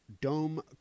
Dome